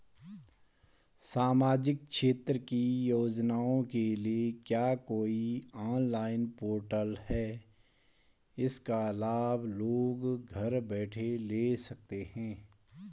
सामाजिक क्षेत्र की योजनाओं के लिए क्या कोई ऑनलाइन पोर्टल है इसका लाभ लोग घर बैठे ले सकते हैं?